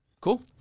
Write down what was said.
cool